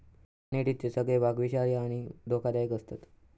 कण्हेरीचे सगळे भाग विषारी आणि धोकादायक आसतत